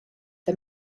the